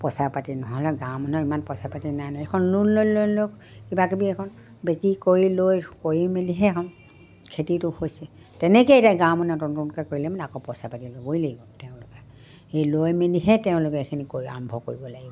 পইচা পাতি নহ'লে গাঁৱৰ মানুহৰ ইমান পইচা পাতি নাই নহয় এখন কিবাকিবি এখন বিক্ৰী কৰি লৈ কৰি মেলিহে এখন খেতিটো হৈছে তেনেকৈয়ে এতিয়া গাঁৱৰ মানুহে নতুন নতুকৈ কৰিলে মানে আকৌ পইচা পাতি ল'বই লাগিব তেওঁলোকে সেই লৈ মেলিহে তেওঁলোকে এইখিনি কৰি আৰম্ভ কৰিব লাগিব